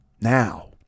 Now